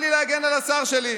למה לי להגן על השר שלי?